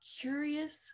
curious